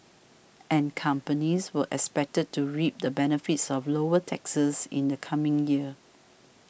and companies were expected to reap the benefits of lower taxes in the coming year